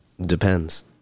Depends